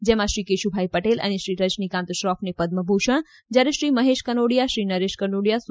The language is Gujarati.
જેમાં શ્રી કેશુભાઈ પટેલ અને શ્રી રજનીકાન્ત શ્રોફને પદમભૂષણ જયારે શ્રી મહેશ કનોડીયા શ્રી નરેશ કનોડીયા સુ